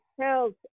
health